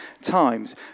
times